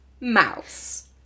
mouse